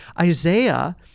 Isaiah